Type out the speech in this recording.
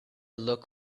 look